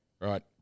Right